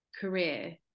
career